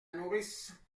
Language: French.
nourrice